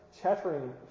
chattering